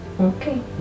Okay